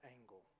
angle